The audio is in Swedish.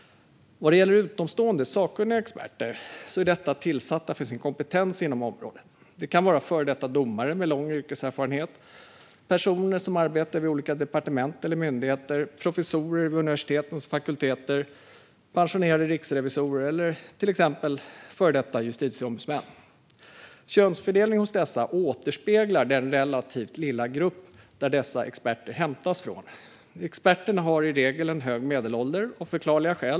Utomstående sakkunniga experter är tillsatta på grund av sin kompetens inom området. Det kan vara före detta domare med lång yrkeserfarenhet, personer som arbetar vid olika departement eller myndigheter, professorer vid universitetens fakulteter, pensionerade riksrevisorer eller före detta justitieombudsmän. Könsfördelningen hos dessa personer återspeglar den relativt lilla grupp som dessa experter hämtas från. Experterna har, av förklarliga skäl, i regel en hög medelålder.